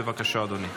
בבקשה, אדוני.